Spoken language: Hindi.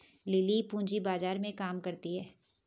लिली पूंजी बाजार में काम करती है